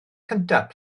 cyntaf